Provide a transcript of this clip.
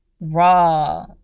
raw